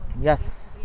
Yes